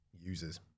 users